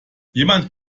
jemand